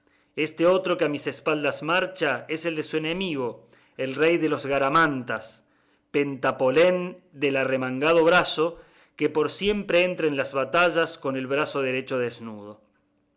este otro que a mis espaldas marcha es el de su enemigo el rey de los garamantas pentapolén del arremangado brazo porque siempre entra en las batallas con el brazo derecho desnudo